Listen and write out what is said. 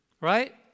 Right